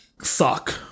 suck